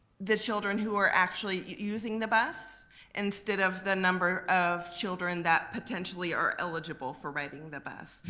the children who are actually using the bus instead of the number of children that potentially are eligible for riding the bus.